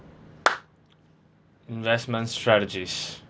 investment strategies